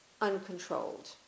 uncontrolled